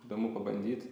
įdomu pabandyt